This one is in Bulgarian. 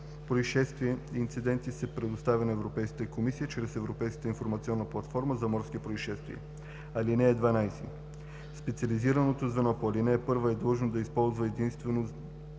произшествия и инциденти се предоставя на Европейската комисия чрез Европейската информационна платформа за морски произшествия. (12) Специализираното звено по ал. 1 е длъжно да използва единствено